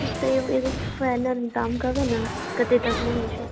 तऽ एगो एगो फाइनल दाम कहबै ने कते तकमे होइ छै